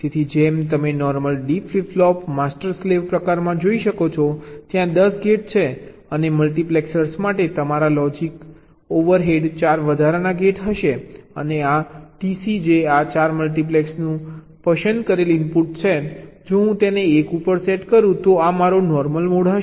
તેથી જેમ તમે normal D flip flop master slave પ્રકારમાં જોઈ શકો છો ત્યાં 10 ગેટ છે અને મલ્ટિપ્લેક્સર માટે તમારા લોજિક ઓવરહેડ 4 વધારાના ગેટ હશે અને આ TC જે આ મલ્ટિપ્લેક્સરનું પસંદ કરેલ ઇનપુટ છે જો હું તેને 1 ઉપર સેટ કરું તો આ મારો નોર્મલ મોડ હશે